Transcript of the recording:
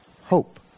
hope